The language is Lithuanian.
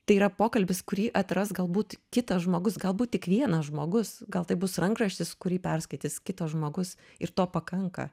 tai yra pokalbis kurį atras galbūt kitas žmogus galbūt tik vienas žmogus gal tai bus rankraštis kurį perskaitys kitas žmogus ir to pakanka